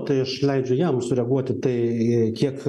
tai aš leidžiu jam sureaguoti tai kiek